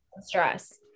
stress